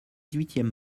huitième